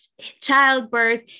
childbirth